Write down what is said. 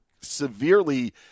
severely